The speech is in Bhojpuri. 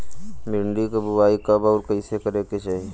भिंडी क बुआई कब अउर कइसे करे के चाही?